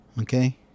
okay